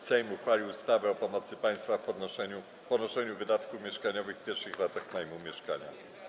Sejm uchwalił ustawę o pomocy państwa w ponoszeniu wydatków mieszkaniowych w pierwszych latach najmu mieszkania.